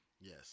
yes